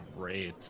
Great